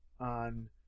on